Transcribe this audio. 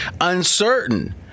uncertain